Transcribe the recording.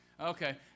Okay